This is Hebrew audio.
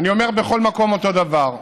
אני אומר בכל מקום אותו דבר.